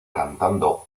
cantando